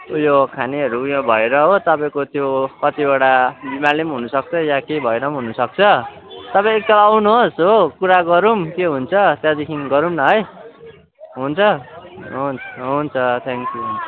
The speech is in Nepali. उयो खानेहरू उयो भएर हो तपाईँको त्यो कतिवटा बिमारले पनि हुनसक्छ या केही भएर पनि हुन सक्छ तपाईँ एकताल आउनुहोस् हो कुरा गरौँ के हुन्छ त्यहाँदेखि गरौँ न है हुन्छ हुन हुन्छ थ्याङ्क यू हुन्छ